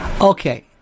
Okay